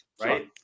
right